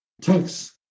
text